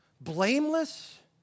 blameless